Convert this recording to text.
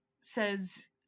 says